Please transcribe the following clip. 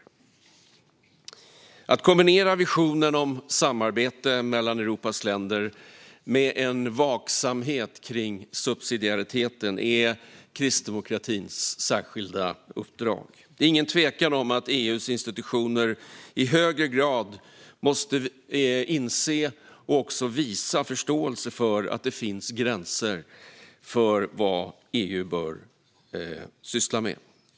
Kommissionens arbetsprogram 2020 och kommissionens meddelande om konferensen om Europas framtid Att kombinera visionen om samarbete mellan Europas länder med en vaksamhet kring subsidiariteten är kristdemokratins särskilda uppdrag. Det är ingen tvekan om att EU:s institutioner i högre grad måste inse och också visa förståelse för att det finns gränser för vad EU bör syssla med.